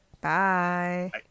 Bye